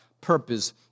purpose